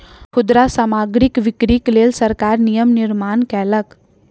खुदरा सामग्रीक बिक्रीक लेल सरकार नियम निर्माण कयलक